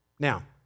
Now